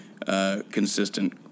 Consistent